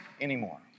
anymore